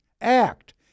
act